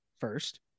first